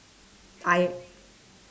I